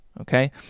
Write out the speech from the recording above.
okay